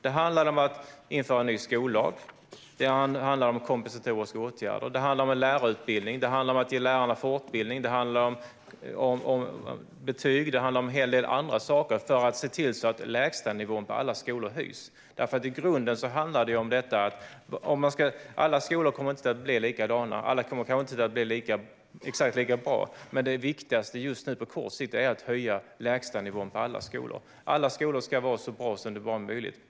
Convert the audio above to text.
Det handlade om att införa en ny skollag, om kompensatoriska åtgärder, om en lärarutbildning, om att ge lärarna fortbildning, om betyg och om en hel del andra saker för att se till att lägstanivån på alla skolor höjs. I grunden handlar det om att alla skolor inte kommer att bli likadana, och alla kommer kanske inte att bli exakt lika bra. Men det viktigaste på kort sikt är att höja lägstanivån på alla skolor. Alla skolor ska vara så bra som det bara är möjligt.